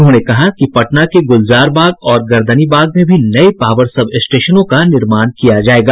उन्होंने कहा कि पटना के गुलजारबाग और गर्दनीबाग में भी नये पावर सब स्टेशनों का निर्माण किया जायेगा